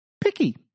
Picky